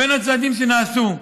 בין הצעדים שנעשו: